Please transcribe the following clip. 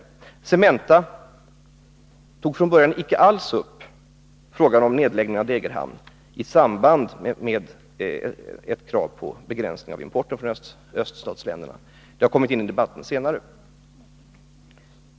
I samband med kravet på begränsning av importen från öststatsländerna tog Cementa från början icke alls upp frågan om nedläggning av Degerhamnsfabriken. Detta har kommit in senare i debatten.